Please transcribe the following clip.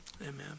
Amen